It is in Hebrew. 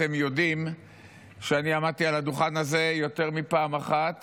אתם יודעים שאני עמדתי על הדוכן הזה יותר מפעם אחת